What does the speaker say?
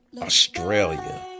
Australia